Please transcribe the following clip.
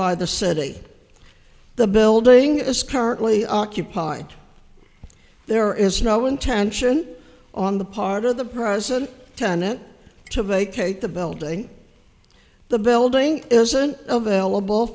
by the city the building is currently occupied there is no intention on the part of the present tenant to vacate the building the building isn't available